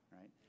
Right